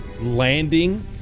landing